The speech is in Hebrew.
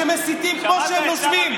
שמסיתים כמו שהם נושמים,